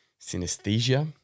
synesthesia